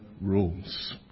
rules